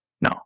no